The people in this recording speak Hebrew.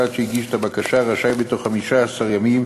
הצד שהגיש את הבקשה רשאי בתוך 15 ימים